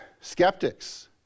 Skeptics